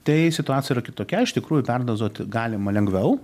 tai situacija yra kitokia iš tikrųjų perdozuot galima lengviau